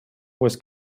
was